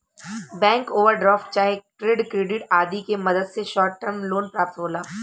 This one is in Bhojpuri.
बैंक ओवरड्राफ्ट चाहे ट्रेड क्रेडिट आदि के मदद से शॉर्ट टर्म लोन प्राप्त होला